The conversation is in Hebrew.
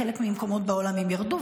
בחלק מהמקומות בעולם הם ירדו,